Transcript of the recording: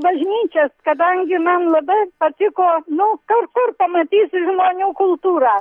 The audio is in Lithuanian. bažnyčias kadangi man labai patiko nu kur kur pamatysi žmonių kultūrą